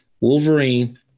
wolverine